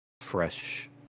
fresh